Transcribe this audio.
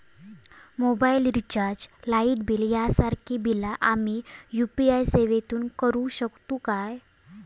Mobile recharge, light bill यांसारखी बिला आम्ही यू.पी.आय सेवेतून करू शकतू काय?